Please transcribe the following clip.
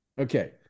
Okay